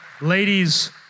ladies